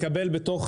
לקבל בתוך